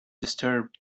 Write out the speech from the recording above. disturbed